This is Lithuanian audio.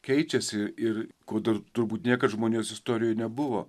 keičiasi ir ko dar turbūt niekad žmonijos istorijoj nebuvo